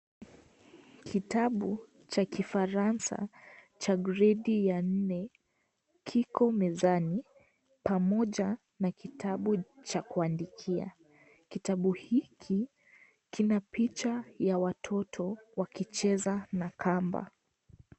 Kitabu cha kifaransa cha gredi ya nne, kiko mezani, pamoja na kitabu cha kuandikia. Kitabu hiki, kina picha cha watoto wakicheza na kamba.